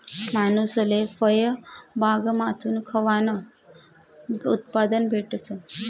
मानूसले फयबागमाथून खावानं उत्पादन भेटस